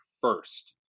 first